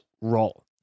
role